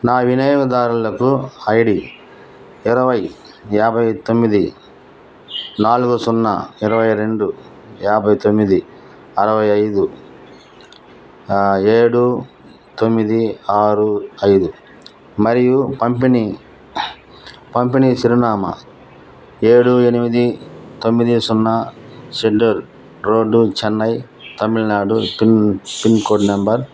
నా వినియోగదారుల ఐడీ ఇరవై యాభై తొమ్మిది నాలుగు సున్నా ఇరవై రెండు యాభై తొమ్మిది అరవై ఐదు ఏడు తొమ్మిది ఆరు ఐదు మరియు పంపిణీ పంపిణీ చిరునామా ఏడు ఎనిమిది తొమ్మిది సున్నా Sadar road Chennai Tamil Nadu pin pincode number